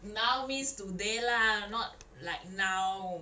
now means today lah not like now